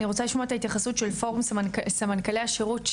אני רוצה לשמוע את ההתייחסות של פורום מנכ"לי השירות,